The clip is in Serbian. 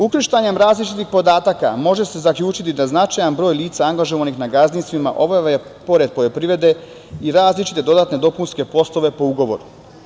Ukrštanjem različitih podataka može se zaključiti da značajan broj lica angažovanih na gazdinstvima obavlja pored poljoprivrede i različite dodatne dopunske poslove po ugovoru.